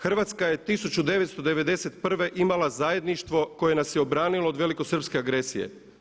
Hrvatska je 1991. imala zajedništvo koje nas je obranilo od velikosrpske agresije.